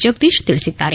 ಜಗದೀಶ್ ತಿಳಿಸಿದ್ದಾರೆ